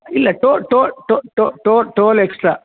ಇಲ್ಲ toll extra